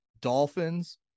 Dolphins